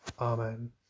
Amen